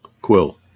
Quill